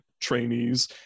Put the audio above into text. trainees